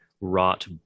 wrought